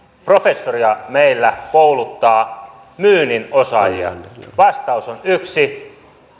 professoria meillä kouluttaa myynnin osaajia vastaus on että yksi